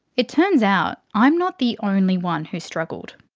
it turns out i'm not the only one who's struggled.